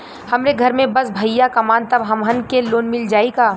हमरे घर में बस भईया कमान तब हमहन के लोन मिल जाई का?